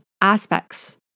aspects